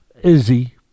Izzy